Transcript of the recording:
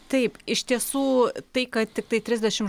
taip iš tiesų tai kad tiktai trisdešimt